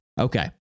okay